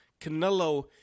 Canelo